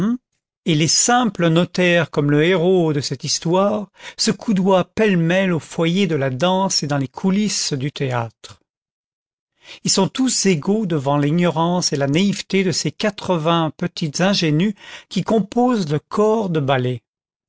et les simples notaires comme le héros de cette histoire se coudoient pêle-mêle au foyer de la danse et dans les coulisses du théâtre ils sont tous égaux devant l'ignorance et la naïveté de ces quatre-vingts petites ingénues qui composent le corps de ballet